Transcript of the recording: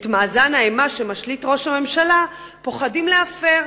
את מאזן האימה שמשליט ראש הממשלה פוחדים להפר,